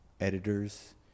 editors